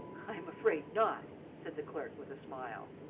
i'm afraid not, said the clerk with a smile.